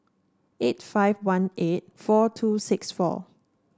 eight five one eight four two six four